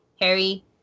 Harry